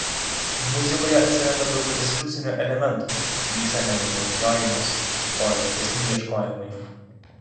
muzikoje atsiranda daugiau destrukcinių elementų vyksta nebe mėgdžiojimas o rimtesni ieškojimai